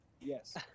Yes